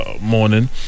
morning